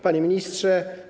Panie Ministrze!